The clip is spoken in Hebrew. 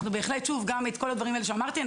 את כל הדברים האלה שאמרתי,